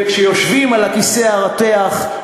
כשיושבים על הכיסא הרותח,